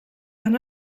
han